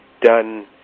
done